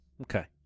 okay